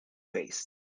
waste